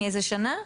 מאיזו שנה?